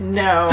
no